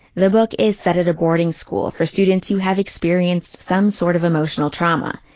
the book is set at a boarding school for students who have experienced some sort of emotional trauma.